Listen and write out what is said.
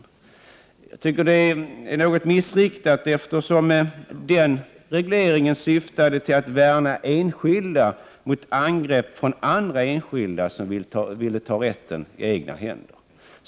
Men den jämförelsen tycker jag är något missvisande. Den regleringen syftade ju till att värna enskilda människor mot angrepp från andra enskilda som ville ta lagen i egna händer.